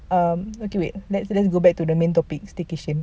um okay wait let's go back to the main topic kita staycation